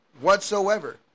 whatsoever